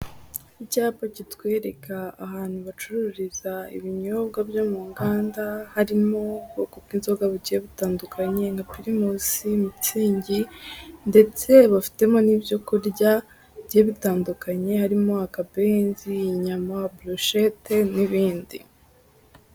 Icyapa kitwereka ahantu bacururiza ibinyobwa byo mu nganda harimo ubwoko bw'inzoga bugiye butandukanye, pirimusi mitsingi, ndetse bafitemo n'ibyo kurya bitandukanye harimo akabenzi inyama, burushete n'ibindi.